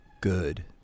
good